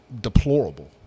deplorable